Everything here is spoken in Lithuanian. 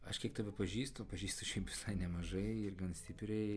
aš kiek tave pažįstu o pažįstu visai nemažai ir gan stipriai